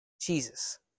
Jesus